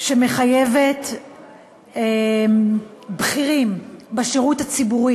שמחייבת בכירים בשירות הציבורי